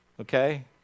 okay